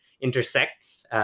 intersects